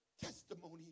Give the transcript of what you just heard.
testimony